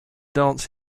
dance